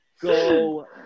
Go